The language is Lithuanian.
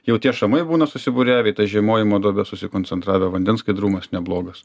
jau tie šamai būna susibūriavę į tas žiemojimo duobes susikoncentravę vandens skaidrumas neblogas